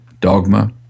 dogma